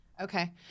Okay